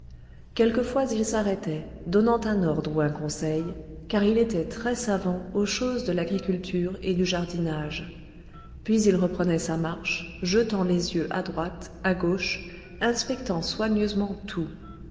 quelquefois il s'arrêtait donnant un ordre ou un conseil car il était très savant aux choses de l'agriculture et du jardinage puis il reprenait sa marche jetant les yeux à droite à gauche inspectant soigneusement tout